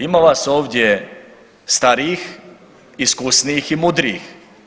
Ima vas ovdje starijih, iskusnijih i mudrijih.